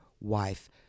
wife